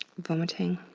vomiting,